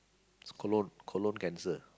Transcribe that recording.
it's colon colon cancer